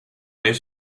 aller